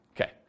Okay